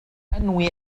أنوي